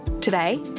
Today